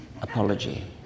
apology